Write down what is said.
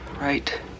right